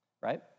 Right